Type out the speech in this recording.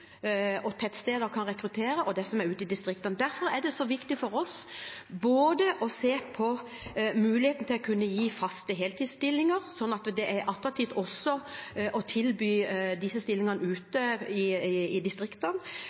distriktene. Derfor er det så viktig for oss å se på muligheten til å kunne gi faste heltidsstillinger, sånn at det er attraktivt også å tilby disse stillingene ute i